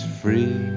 free